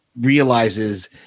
realizes